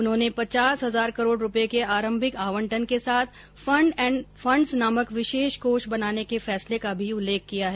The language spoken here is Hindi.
उन्होंने पचास हजार करोड़ रुपये के आरंभिक आवंटन के साथ फंड और फंड्स नामक विशेष कोष बनाने के फैसले का भी उल्लेख किया है